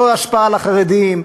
לא השפעה על החרדים,